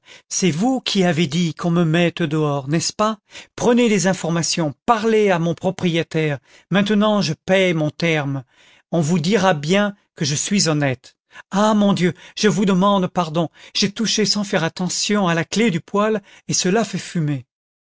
c'est vous qui avez dit qu'on me mette dehors n'est-ce pas prenez des informations parlez à mon propriétaire maintenant je paye mon terme on vous dira bien que je suis honnête ah mon dieu je vous demande pardon j'ai touché sans faire attention à la clef du poêle et cela fait fumer